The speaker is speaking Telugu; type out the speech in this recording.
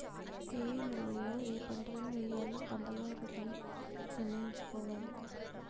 ఏయే నేలలలో ఏపంటలను వేయాలో పంటదారుడు నిర్ణయించుకోవాలి